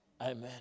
Amen